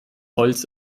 holz